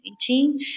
2018